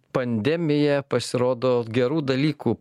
pandemija pasirodo gerų dalykų